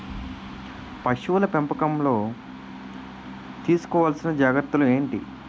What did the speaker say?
పశువుల పెంపకంలో తీసుకోవల్సిన జాగ్రత్తలు ఏంటి?